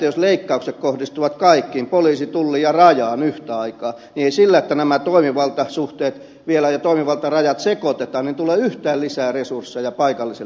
jos leikkaukset kohdistuvat kaikkiin poliisiin tulliin ja rajaan yhtä aikaa niin ei sillä että nämä toimivaltasuhteet ja toimivaltarajat sekoitetaan tule yhtään lisää resursseja paikalliselle tasolle